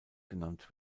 genannt